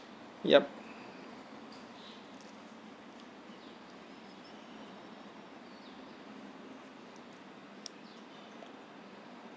yup